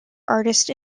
artist